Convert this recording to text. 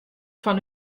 fan